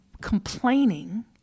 complaining